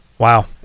Wow